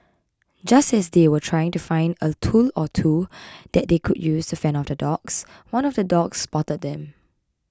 just as they were trying to find a tool or two that they could use to fend off the dogs one of the dogs spotted them